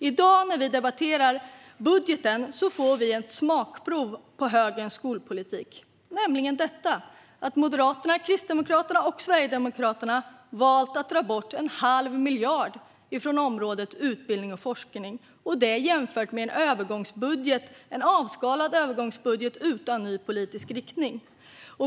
I dag när vi debatterar budgeten får vi ett smakprov på högerns skolpolitik, nämligen att Moderaterna, Kristdemokraterna och Sverigedemokraterna valt att dra bort en halv miljard från området utbildning och forskning - detta jämfört med en avskalad övergångsbudget utan ny politisk riktning.